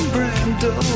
Brando